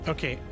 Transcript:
Okay